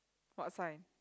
what sign